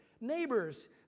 neighbors